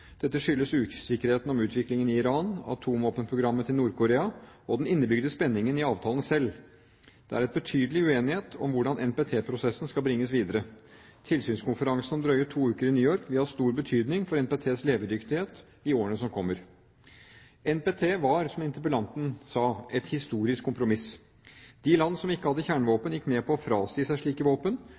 Dette skyldes usikkerheten om utviklingen i Iran, atomvåpenprogrammet til Nord-Korea og den innebygde spenningen i avtalen selv. Det er betydelig uenighet om hvordan NPT-prosessen skal bringes videre. Tilsynskonferansen om drøye to uker i New York vil ha stor betydning for NPTs levedyktighet i årene som kommer. NPT var, som interpellanten sa, et historisk kompromiss. De land som ikke hadde kjernevåpen, gikk med på å frasi seg slike våpen